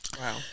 Wow